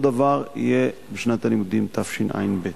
אותו דבר יהיה בשנת הלימודים תשע"ב.